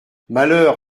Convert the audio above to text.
malheur